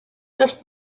this